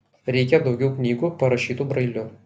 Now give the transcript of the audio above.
reikia daugiau knygų parašytų brailiu